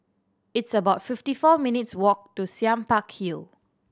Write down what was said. it's about fifty four minutes' walk to Sime Park Hill